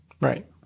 Right